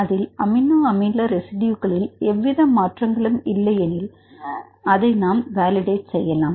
அதில் அமினோ அமில ரெசிடியோக்களில் எவ்வித மாற்றங்களும் இல்லை எனில் அதை நாம் வேலிடேட் செய்யலாம்